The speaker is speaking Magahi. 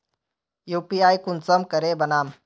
यु.पी.आई कुंसम करे बनाम?